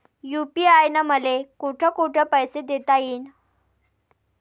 UPI न मले कोठ कोठ पैसे देता येईन?